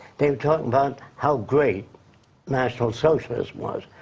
they talked about how great national socialism was.